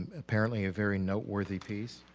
apparently a very noteworthy piece.